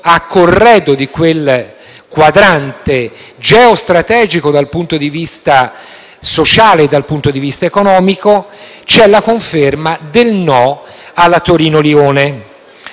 a corredo di quel quadrante geostrategico dal punto di vista sociale e dal punto di vista economico, c’è la conferma del «no» alla Torino-Lione.